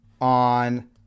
on